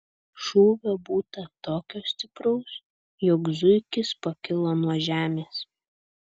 šūvio būta tokio stipraus jog zuikis pakilo nuo žemės